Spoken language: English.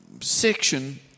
section